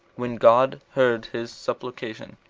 when god heard his supplication,